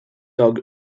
dog